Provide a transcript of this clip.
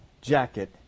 jacket